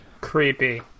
creepy